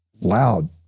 loud